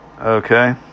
Okay